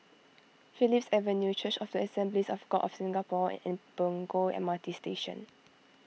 Phillips Avenue Church of the Assemblies of God of Singapore and Punggol M R T Station